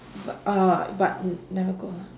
but uh but never go ah